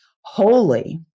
holy